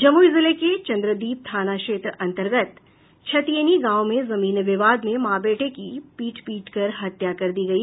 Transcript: जमुई जिले के चंद्रदीप थाना क्षेत्र अंतर्गत छतिएनी गांव में जमीन विवाद में मां बेटे की पीट पीटकर हत्या कर दी गई